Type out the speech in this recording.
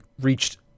reached